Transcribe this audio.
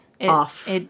off